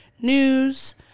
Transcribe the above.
news